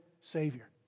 Savior